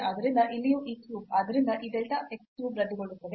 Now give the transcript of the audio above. ಆದ್ದರಿಂದ ಇಲ್ಲಿಯೂ ಈ ಕ್ಯೂಬ್ ಆದ್ದರಿಂದ ಈ delta x cube ರದ್ದುಗೊಳ್ಳುತ್ತದೆ